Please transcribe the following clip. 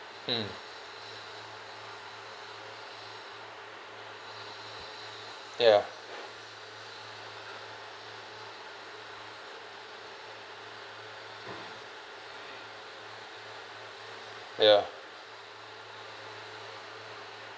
mm ya ya